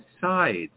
sides